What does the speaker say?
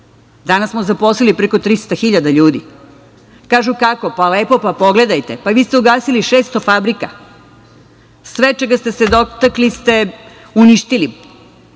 Danas smo zaposlili preko 300.000 ljudi. Kažu – kako? Pa lepo. Pogledajte. Vi ste ugasili 600 fabrika. Sve čega ste se dotakli ste uništili,